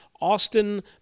Austin